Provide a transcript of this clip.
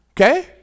Okay